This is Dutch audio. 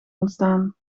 ontstaan